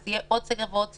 יהיה עוד סגר ועוד סגר,